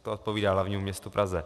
To odpovídá hlavnímu městu Praze.